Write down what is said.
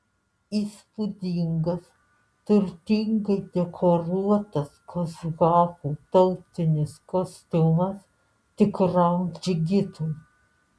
įspūdingas turtingai dekoruotas kazachų tautinis kostiumas tikram džigitui